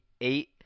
eight